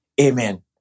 Amen